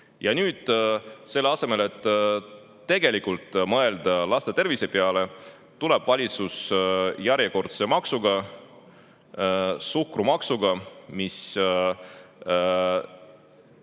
Ja nüüd selle asemel, et tegelikult mõelda laste tervise peale, tuleb valitsus järjekordse maksuga, suhkrumaksuga, mis valitsuse